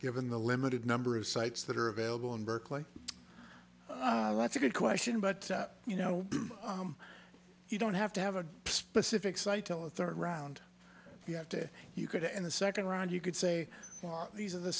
given the limited number of sites that are available in berkeley oh it's a good question but you know you don't have to have a specific cite tell a third round you have to you could end the second round you could say mark these are the